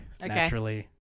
naturally